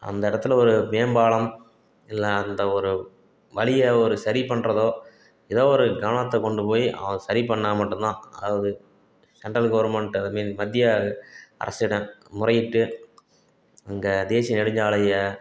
அந்த இடத்துல ஒரு மேம்பாலம் எல்லாம் அந்த ஒரு வழியை ஒரு சரி பண்ணுறதோ ஏதோ ஒரு கவனத்தை கொண்டு போய் அவங்க சரி பண்ணால் மட்டுந்தான் அதாவது செண்ட்ரல் கவர்மெண்ட் ஐ மீன் மத்திய அரசிடம் முறையிட்டு அங்கே தேசிய நெடுஞ்சாலையை